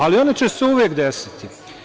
Ali, one će se uvek desiti.